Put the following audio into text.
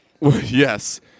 Yes